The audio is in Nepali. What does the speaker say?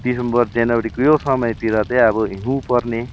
डिसेम्बर जनवरीको यो समयतिर चाहिँ अब हिँउ पर्ने